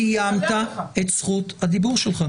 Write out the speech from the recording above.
סיימת את זכות הדיבור שלך.